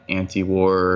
anti-war